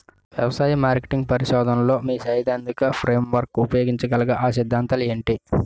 వ్యవసాయ మార్కెటింగ్ పరిశోధనలో మీ సైదాంతిక ఫ్రేమ్వర్క్ ఉపయోగించగల అ సిద్ధాంతాలు ఏంటి?